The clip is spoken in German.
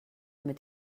mit